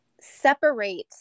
separate